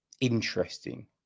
interesting